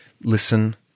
listen